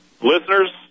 Listeners